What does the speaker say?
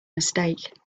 mistake